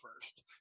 first